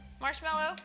Marshmallow